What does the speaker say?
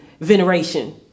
veneration